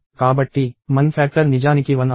కాబట్టి మన్ ఫ్యాక్టర్ నిజానికి 1 అవుతుంది